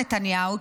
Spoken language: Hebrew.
נתניהו,